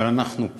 אבל אנחנו פה.